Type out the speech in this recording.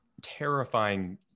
terrifying